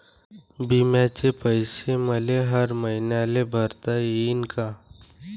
बिम्याचे पैसे मले हर मईन्याले भरता येईन का?